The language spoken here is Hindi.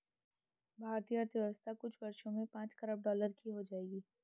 भारतीय अर्थव्यवस्था कुछ वर्षों में पांच खरब डॉलर की हो जाएगी